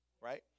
right